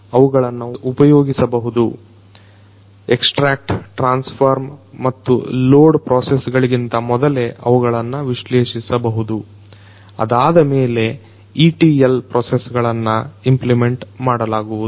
ಅವುಗಳನ್ನ ಉಪಯೋಗಿಸಬಹುದು extract transform ಮತ್ತು ಲೋಡ್ ಪ್ರೋಸೆಸ್ ಗಳಿಗಿಂತ ಮೊದಲೇ ಅವುಗಳನ್ನು ವಿಶ್ಲೇಷಿಸಬಹುದು ಅದಾದಮೇಲೆ etl ಪ್ರೋಸಸ್ ಗಳನ್ನು ಇಂಪ್ಲಿಮೆಂಟ್ ಮಾಡಲಾಗುವುದು